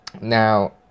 Now